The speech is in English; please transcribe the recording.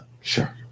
sure